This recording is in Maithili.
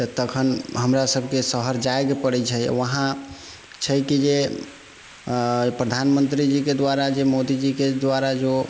तऽ तखन हमरासभके शहर जायके पड़ै छै वहाँ छै कि जे प्रधानमन्त्री जीके द्वारा जे मोदी जीके द्वारा जो